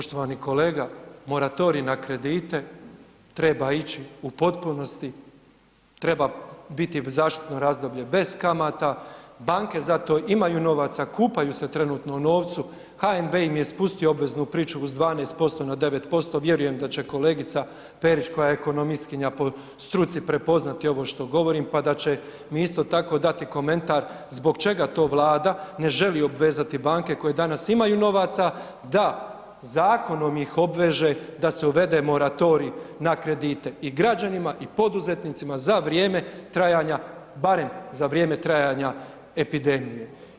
Poštovani kolega, moratorij na kredite treba ići u potpunosti, treba biti zaštitno razdoblje bez kamata, banke za to imaju novaca, kupaju se trenutno u novcu, HNB im je spustio obveznu pričuvu s 12% na 9% vjerujem da će kolegica Perić koja je ekonomistkinja po struci prepoznati ovo što govorim pa da će mi isto tako dati komentar zbog čega to Vlada ne želi obvezati banke koje danas imaju novaca, da zakonom ih obveže da se uvede moratorij na kredite i građanima i poduzetnicima za vrijeme trajanja, barem za vrijeme trajanja epidemije.